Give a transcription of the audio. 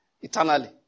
eternally